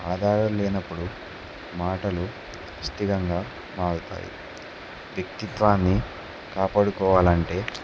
ఆధారు లేనప్పుడు మాటలు స్థిరంగా మారుతాయి వ్యక్తిత్వాన్ని కాపాడుకోవాలంటే